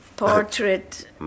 Portrait